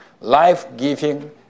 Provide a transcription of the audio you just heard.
life-giving